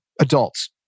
adults